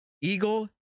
eagle